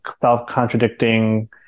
self-contradicting